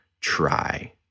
try